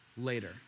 later